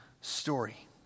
story